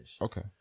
Okay